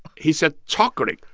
he said, chocolate.